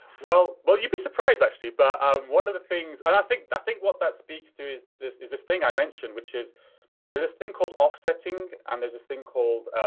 well, you'd be surprised, actually. but one of the things, and i think i think what that speaks to is this is this thing i mentioned, which is there's this thing called offsetting and there's this thing called,